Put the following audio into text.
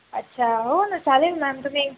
अच्छा हो ना चालेल मॅम तुम्ही